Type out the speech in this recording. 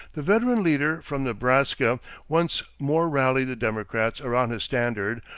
the veteran leader from nebraska once more rallied the democrats around his standard,